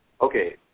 Okay